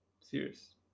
serious